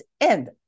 end